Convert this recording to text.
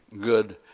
good